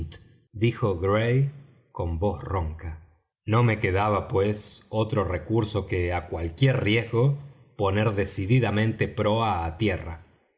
dijo gray con voz ronca no me quedaba pues otro recurso que á cualquier riesgo poner decididamente proa á tierra